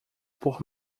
por